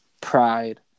pride